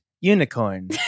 unicorn